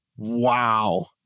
Wow